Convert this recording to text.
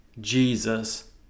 Jesus